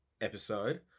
episode